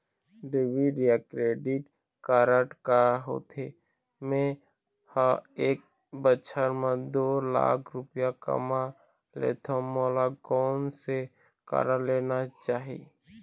Debit या credit card का होथे, मे ह एक बछर म दो लाख रुपया कमा लेथव मोला कोन से कारड लेना चाही?